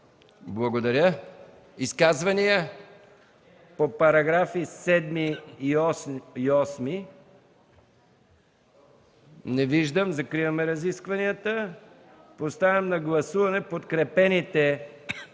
Благодаря. Изказвания по параграфи 7 и 8? Не виждам. Закриваме разискванията. Поставям на гласуване подкрепените